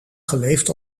geleefd